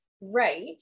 right